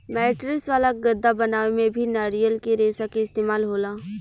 mattress वाला गद्दा बनावे में भी नारियल के रेशा के इस्तेमाल होला